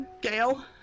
Gail